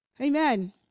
Amen